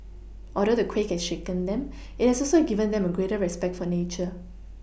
although the quake has shaken them it has also given them a greater respect for nature